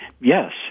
Yes